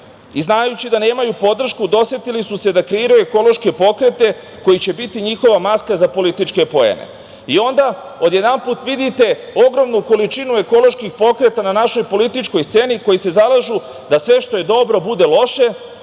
i znajući da nemaju podršku, dosetili su se da kreiraju ekološke pokrete koji će biti njihova maska za političke poene. Onda, odjednom vidite ogromnu količinu ekoloških pokreta na našoj političkoj sceni koji se zalažu da sve što je dobro bude loše,